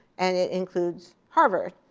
and it includes harvard.